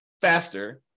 faster